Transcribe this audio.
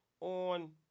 on